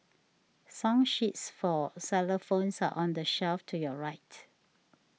song sheets for cellar phones are on the shelf to your right